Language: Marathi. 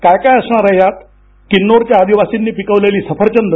काय काय असणार आहे यात किन्नोरच्या आदिवासींनी पिकवलेली सफरचंद